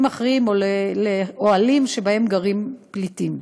אחרים או לאוהלים שבהם גרים פליטים.